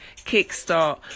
kickstart